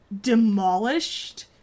demolished